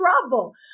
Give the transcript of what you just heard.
trouble